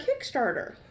Kickstarter